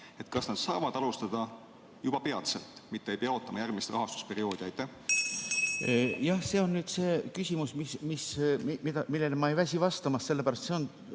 Kas nad saavad alustada juba peatselt, mitte ei pea ootama järgmist rahastusperioodi? Jah, see on nüüd see küsimus, millele ma ei väsi vastamast, sellepärast et see on